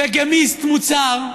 ביגמיסט מוצהר,